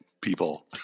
people